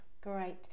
great